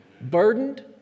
Burdened